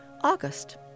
August